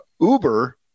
Uber